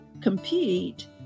compete